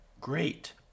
great